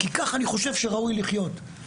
כי ככה אני חושב שראוי לחיות,